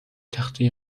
تخته